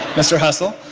mr. hustle,